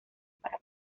para